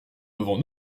devant